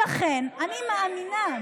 לכן אני מאמינה,